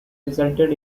resulted